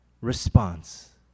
response